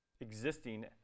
existing